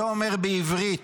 זה אומר בעברית